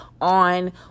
on